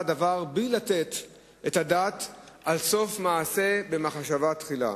הדבר בלי לתת את הדעת על סוף מעשה במחשבה תחילה.